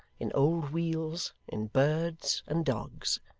in old wheels, in birds, and dogs.